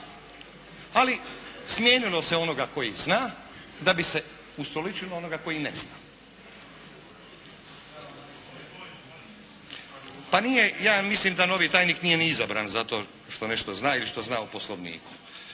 Ali smijenilo se onoga koji zna da bi se ustoličilo onoga koji ne zna. Pa nije, ja mislim da novi tajnik nije ni izabran zato što nešto zna ili što zna o poslovniku